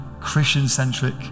Christian-centric